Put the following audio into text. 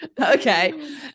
Okay